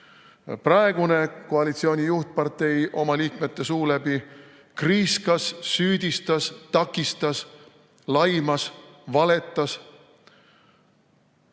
praegune koalitsiooni juhtpartei oma liikmete suu läbi kriiskas, süüdistas, takistas, laimas, valetas.